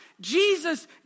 Jesus